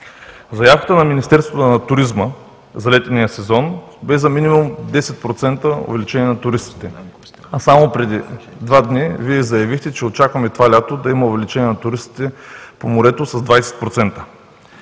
Заявката на Министерството на туризма за летния сезон бе за минимум 10% увеличение на туристите. А само преди два дни Вие заявихте, че очакваме това лято да има увеличение на туристите по морето с 20%.